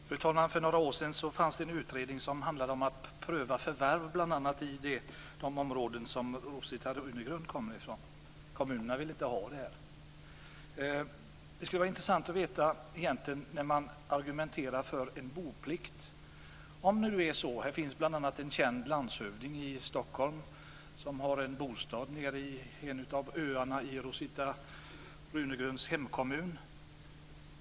Fru talman! För några år sedan fanns det en utredning som handlade om att pröva förvärv bl.a. i det område som Rosita Runegrund kommer ifrån. Kommunerna ville inte ha detta. Det skulle vara intressant att höra argumentationen för en boplikt. Bl.a. en känd landshövding i Stockholm har en bostad på en av öarna i Rosita Runegrunds hemkommun.